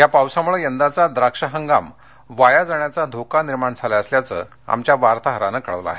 या पावसामुळं यंदाचा द्राक्ष हंगाम वाया जाण्याचा धोका निर्माण झाला असल्याचं आमच्या वार्ताहरानं कळवलं आहे